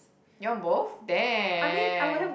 you want both damn